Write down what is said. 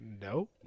no